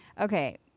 Okay